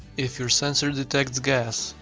if your sensor detects gas,